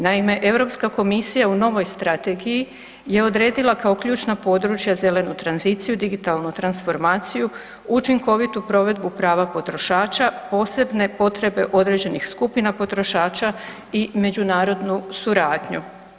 Naime, Europska komisija u novoj strategiji je odredila kao ključna područja zelenu tranziciju, digitalnu transformaciju, učinkovitu provedbu prava potrošača, posebne potrebe određenih skupina potrošača i međunarodnu suradnju.